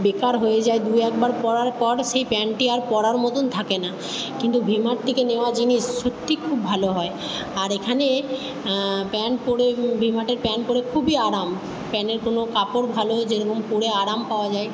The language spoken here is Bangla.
বেকার হয়ে যায় দু একবার পরার পর সেই প্যান্টটি আর পরার মতন থাকে না কিন্তু ভি মার্ট থেকে নেওয়া জিনিস সত্যিই খুব ভালো হয় আর এখানে প্যান্ট পরে ভি মার্টের প্যান্ট পরে খুবই আরাম প্যান্টের কোনো কাপড় ভালো যেরকম পরে আরাম পাওয়া যায়